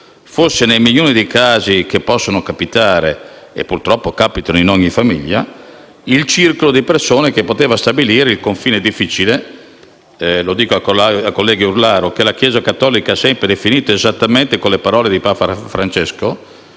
fosse, nei milioni di casi che possono capitare - e purtroppo capitano in ogni famiglia - il circolo di persone che poteva stabilire il confine difficile - lo dico al collega Iurlaro - che la Chiesa cattolica ha sempre definito esattamente con le parole di Papa Francesco,